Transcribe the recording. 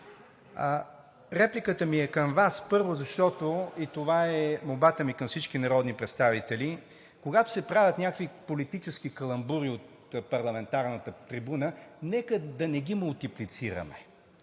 репликата ми е към Вас, първо, защото – и това е молбата ми към всички народни представители, когато се правят някакви политически каламбури от парламентарната трибуна, нека да не ги мултиплицираме.